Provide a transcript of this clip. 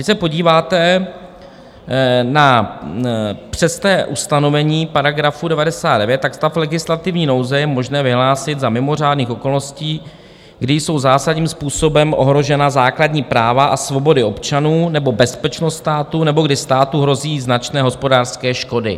A když se podíváte na přesné ustanovení § 99, stav legislativní nouze je možné vyhlásit za mimořádných okolností, kdy jsou zásadním způsobem ohrožena základní práva a svobody občanů nebo bezpečnost státu nebo kdy státu hrozí značné hospodářské škody.